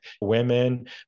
women